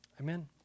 Amen